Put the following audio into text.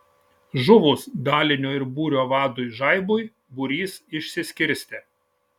žuvus dalinio ir būrio vadui žaibui būrys išsiskirstė